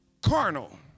carnal